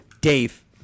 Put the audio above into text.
Dave